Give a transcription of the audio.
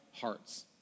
hearts